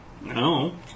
No